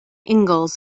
ingalls